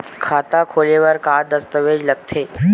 खाता खोले बर का का दस्तावेज लगथे?